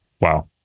Wow